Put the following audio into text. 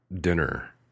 dinner